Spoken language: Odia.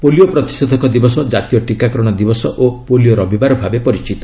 ପୋଲିଓ ପ୍ରତିଷେଧକ ଦିବସ ଜାତୀୟ ଟୀକାକରଣ ଦିବସ ଓ ପୋଲିଓ ରବିବାର ଭାବେ ପରିଚିତ